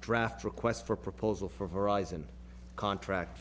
draft request for proposal for horizon contract